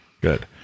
Good